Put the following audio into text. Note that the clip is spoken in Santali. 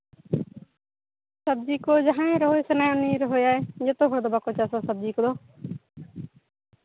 ᱥᱚᱵᱽᱡᱤ ᱠᱚ ᱡᱟᱦᱟᱸᱭ ᱨᱚᱦᱚᱭ ᱥᱟᱱᱟᱭᱮᱭᱟ ᱩᱱᱤᱭ ᱨᱚᱦᱚᱭᱟ ᱡᱚᱛᱚ ᱦᱚᱲ ᱫᱚ ᱵᱟᱠᱚ ᱪᱟᱥᱟ ᱥᱚᱵᱽᱡᱤ ᱠᱚᱫᱚ